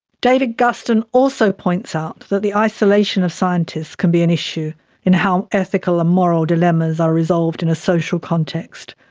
david guston also points out that the isolation of scientists can be an issue in how ethical and moral dilemmas are resolved in a social context,